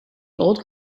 old